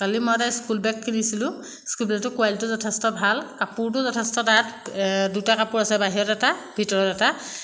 কালি মই এটা স্কুলবেগ কিনিছিলোঁ স্কুলবেগটো কুৱালিটিটো যথেষ্ট ভাল কাপোৰটো যথেষ্ট ডাঠ দুটা কাপোৰ আছে বাহিৰত এটা ভিতৰত এটা